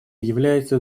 является